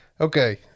Okay